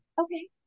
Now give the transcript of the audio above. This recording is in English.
Okay